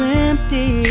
empty